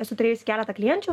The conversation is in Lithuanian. esu turėjusi keletą klienčių